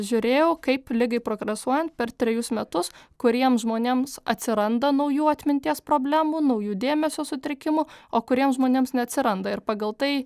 žiūrėjau kaip ligai progresuojant per trejus metus kuriems žmonėms atsiranda naujų atminties problemų naujų dėmesio sutrikimų o kuriems žmonėms neatsiranda ir pagal tai